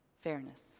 fairness